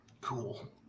cool